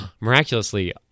miraculously